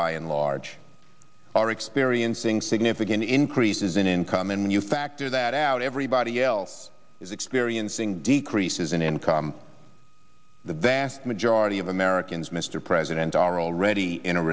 by and large are experiencing significant increases in income and when you factor that out everybody else is experiencing decreases in income the vast majority of americans mr president are already in a